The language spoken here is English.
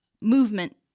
movement